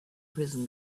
prison